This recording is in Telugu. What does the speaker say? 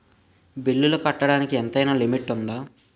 బిల్లులు కట్టడానికి ఎంతైనా లిమిట్ఉందా?